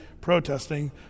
protesting